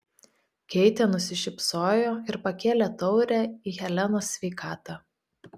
keitė nusišypsojo ir pakėlė taurę į helenos sveikatą